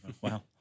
Wow